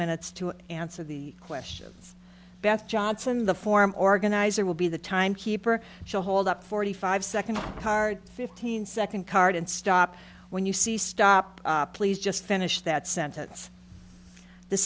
minutes to answer the questions beth johnson the former organizer will be the time keeper she'll hold up forty five second card fifteen second card and stop when you see stop please just finish that sentence the